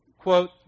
quote